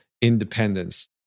independence